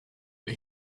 but